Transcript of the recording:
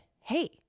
hey